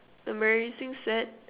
embarrassing sad